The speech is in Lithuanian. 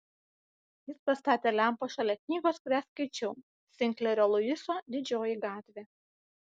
jis pastatė lempą šalia knygos kurią skaičiau sinklerio luiso didžioji gatvė